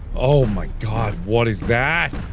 oh my god, what is that?